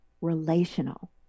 relational